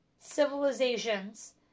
civilizations